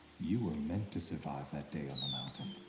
you were meant to survive that day on the mountain.